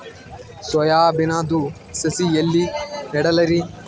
Soya ಬಿನದು ಸಸಿ ಎಲ್ಲಿ ನೆಡಲಿರಿ?